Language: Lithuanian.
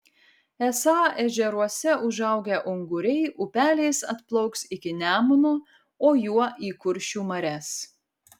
esą ežeruose užaugę unguriai upeliais atplauks iki nemuno o juo į kuršių marias